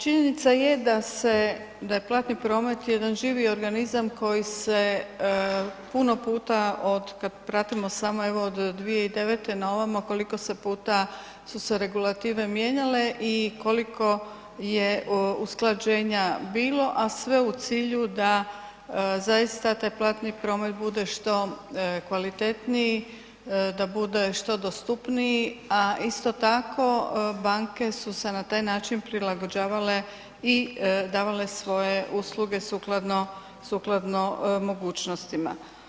Činjenica je da se, da je platni promet jedan živi organizam koji se puno puta od kad pratimo samo, evo od 2009. na ovamo koliko puta su se regulative mijenjale i koliko je usklađenja bilo, a sve u cilju da zaista taj platni promet bude što kvalitetniji, da bude što dostupniji, a isto tako banke su se na taj način prilagođavale i davale svoje usluge sukladno, sukladno mogućnostima.